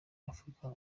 africa